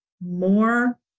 more